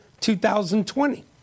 2020